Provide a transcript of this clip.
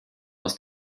aus